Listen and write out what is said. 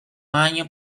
ano